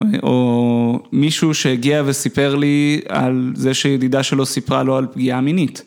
או מישהו שהגיע וסיפר לי על זה שידידה שלו סיפרה לו על פגיעה מינית.